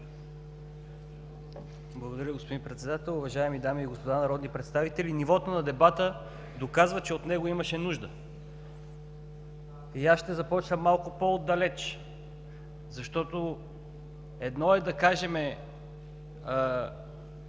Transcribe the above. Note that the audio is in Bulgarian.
Благодаря, господин Председател. Уважаеми дами и господа народни представители, нивото на дебата доказва, че от него имаше нужда и аз ще започна малко по-отдалеч, защото едно е да кажем